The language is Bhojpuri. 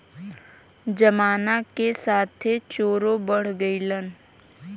जमाना के साथे चोरो बढ़ गइलन